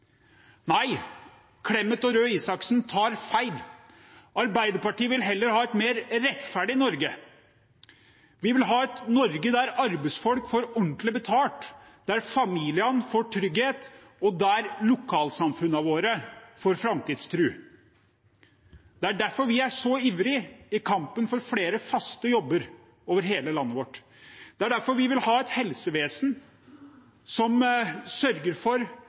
Nei – Clemet og Røe Isaksen tar feil. Arbeiderpartiet vil heller ha et mer rettferdig Norge, vi vil ha et Norge der arbeidsfolk får ordentlig betalt, der familiene får trygghet, og der lokalsamfunnene våre får framtidstro. Det er derfor vi er så ivrige i kampen for flere faste jobber over hele landet vårt. Det er derfor vi vil ha et helsevesen som sørger for